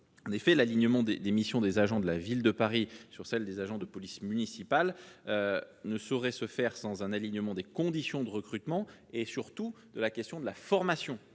En effet, l'alignement des missions des agents de la Ville de Paris sur celles des agents de police municipale ne saurait se faire sans un alignement des conditions de recrutement et de formation.